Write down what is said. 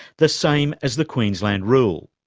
the same as the queensland rule.